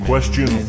Question